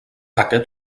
aquest